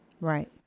Right